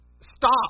stop